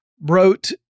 wrote